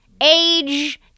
Age